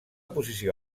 posició